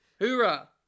Hoorah